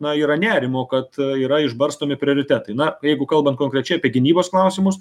na yra nerimo kad yra išbarstomi prioritetai na jeigu kalbant konkrečiai apie gynybos klausimus